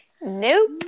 Nope